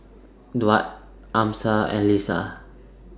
Daud Amsyar and Lisa